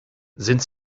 sind